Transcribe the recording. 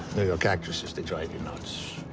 york actresses they drive you nuts.